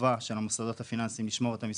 חובה של המוסדות הפיננסיים לשמור את המסמכים.